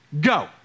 go